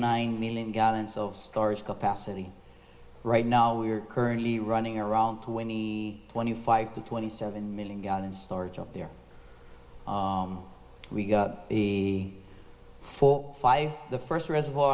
nine million gallons of storage capacity right now we are currently running around twenty twenty five to twenty seven million gallons storage up there we got a four five the first reservoir